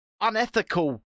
unethical